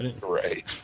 right